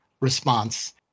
response